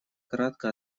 кратко